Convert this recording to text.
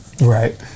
right